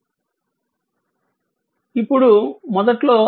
ఇప్పుడు మొదట్లో i 1 ampere అని ఇవ్వబడింది